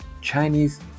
Chinese